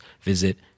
visit